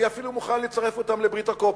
אני אפילו מוכן לצרף אותם לברית הקואופרציה